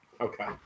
okay